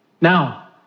Now